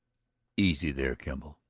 easy there, kemble,